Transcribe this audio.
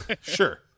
Sure